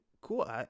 cool